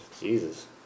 Jesus